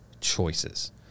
choices